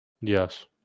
Yes